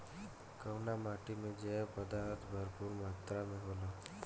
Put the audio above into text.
कउना माटी मे जैव पदार्थ भरपूर मात्रा में होला?